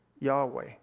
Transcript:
Yahweh